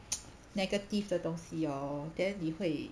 negative 的东西 hor then 你会